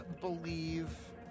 believe